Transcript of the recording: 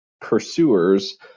pursuers